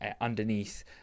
underneath